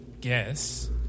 guess